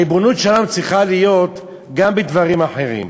הריבונות שם צריכה להיות גם בדברים אחרים.